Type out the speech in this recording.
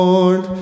Lord